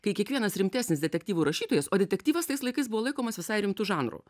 kai kiekvienas rimtesnis detektyvų rašytojas o detektyvas tais laikais buvo laikomas visai rimtu žanru